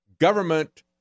government